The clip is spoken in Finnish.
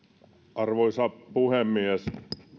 arvoisa puhemies